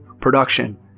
production